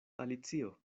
alicio